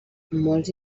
molts